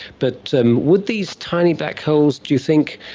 but so um would these tiny black holes, do you think,